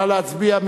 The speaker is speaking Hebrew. נא להצביע.